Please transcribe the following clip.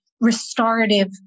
restorative